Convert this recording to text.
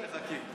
תחכי עד הסוף.